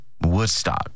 Woodstock